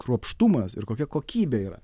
kruopštumas ir kokia kokybė yra